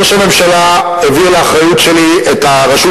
ראש הממשלה העביר לאחריות שלי את הרשות